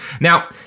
Now